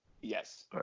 Yes